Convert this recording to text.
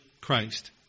Christ